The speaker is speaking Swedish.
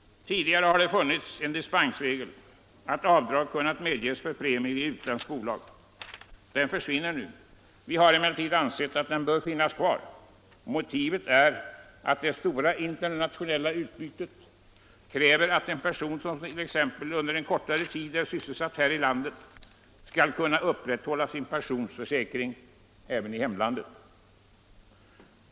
Tidigare har det funnits en dispensregel att avdrag kunnat medges för premier i utländskt bolag. Den försvinner nu. Vi har emellertid ansett att den bör finnas kvar. Motivet är att det stora internationella utbytet kräver att en person som t.ex. under en kortare tid är sysselsatt här i landet skall kunna upprätthålla sin pensionsförsäkring i hemlandet.